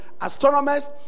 astronomers